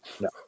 No